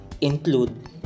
include